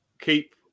keep